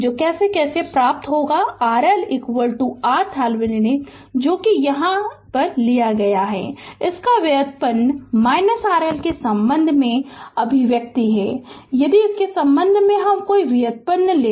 तो कैसे कैसे प्राप्त होगा RL RThevenin जो है यहाँ ले इस का व्युत्पन्न RL के संबंध में अभिव्यक्ति यदि इसके संबंध में व्युत्पन्न लें